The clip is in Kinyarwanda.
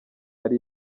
yari